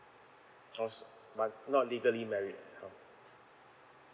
I was but not legally married how